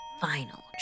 final